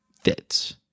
fits